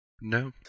no